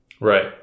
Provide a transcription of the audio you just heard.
Right